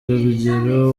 rugero